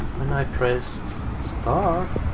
when i pressed start,